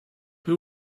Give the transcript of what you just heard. who